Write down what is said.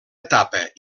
etapa